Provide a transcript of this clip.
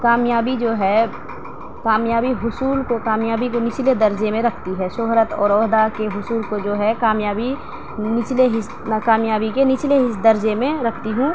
کامیابی جو ہے کامیابی حصول کو کامیابی کے نچلے درجے میں رکھتی ہے شہرت اور عہدہ کے حصول کو جو ہے کامیابی نچلے کامیابی کے نچلے درجے میں رکھتی ہوں